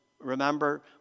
remember